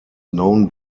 known